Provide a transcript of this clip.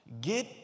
Get